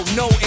no